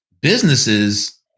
businesses